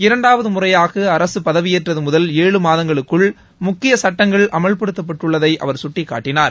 இரண்டாவது முறையாக அரசு பதவியேற்றது முதல் ஏழு மாதங்களுக்குள் முக்கிய சுட்டங்கள் அமல்படுத்தப்பட்டள்ளதை அவர் சுட்டிக்காட்டினார்